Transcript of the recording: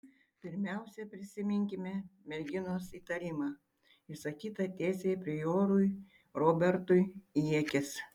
pirmiausia prisiminkime merginos įtarimą išsakytą tiesiai priorui robertui į akis